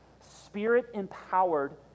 spirit-empowered